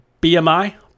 BMI